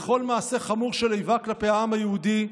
לכל מעשה חמור של איבה כלפי העם היהודי,